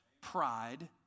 pride